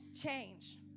change